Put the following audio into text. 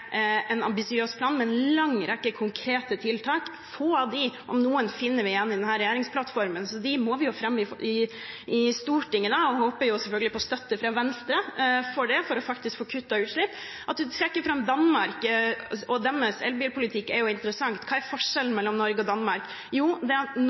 en ambisiøs plan, med en lang rekke konkrete tiltak. Få av dem – om noen – finner vi igjen i denne regjeringsplattformen, så dem må vi fremme i Stortinget og håper selvfølgelig på støtte fra Venstre for det, for å få kuttet utslipp. At representanten Kjenseth trekker fram Danmark og deres elbilpolitikk, er interessant. Hva er forskjellen mellom Norge og Danmark? Jo, det er at